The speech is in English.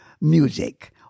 music